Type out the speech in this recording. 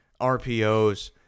RPOs